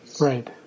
Right